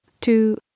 two